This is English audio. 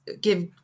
give